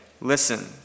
Listen